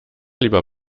lieber